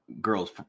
girls